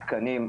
תקנים,